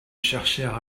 chercher